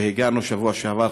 והגענו בשבוע שעבר,